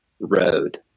road